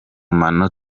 matora